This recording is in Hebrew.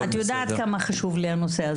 את יודעת כמה חשוב לי הנושא הזה.